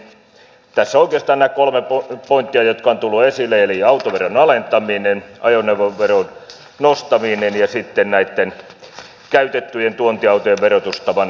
mutta tässä oikeastaan nämä kolme pointtia jotka ovat tulleet esille ovat autoveron alentaminen ajoneuvoveron nostaminen ja sitten näitten käytettyjen tuontiautojen verotustavan muuttaminen